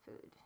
food